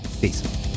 Peace